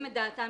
את דעתם